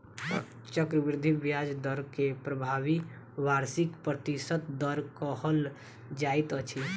चक्रवृद्धि ब्याज दर के प्रभावी वार्षिक प्रतिशत दर कहल जाइत अछि